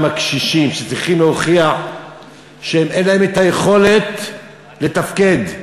הקשישים שצריכים להוכיח שאין להם יכולת לתפקד.